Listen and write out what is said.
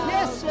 Yes